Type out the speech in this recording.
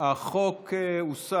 אתה יודע מה עם החוק, החוק הוסר.